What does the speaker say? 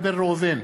ראובן,